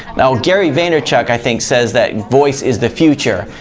now, gary vaynerchuk i think says that voice is the future.